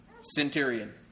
Centurion